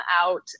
out